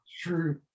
True